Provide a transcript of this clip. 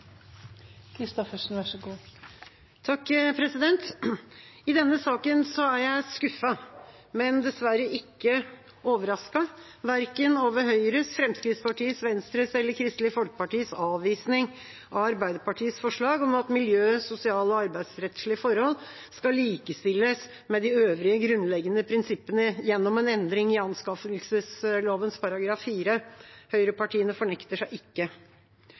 jeg skuffet, men dessverre ikke overrasket, verken over Høyres, Fremskrittspartiets, Venstres eller Kristelig Folkepartis avvisning av Arbeiderpartiets forslag om at miljø-, sosial- og arbeidsrettslige forhold skal likestilles med de øvrige grunnleggende prinsippene gjennom en endring i anskaffelsesloven § 4. Høyrepartiene fornekter seg ikke.